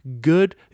good